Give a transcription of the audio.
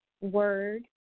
word